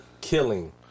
killing